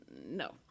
no